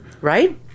Right